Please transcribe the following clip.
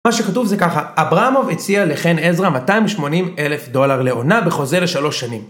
מה שכתוב זה ככה, אברמוב הציע לחן עזרה 280 אלף דולר לעונה בחוזה לשלוש שנים.